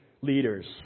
leaders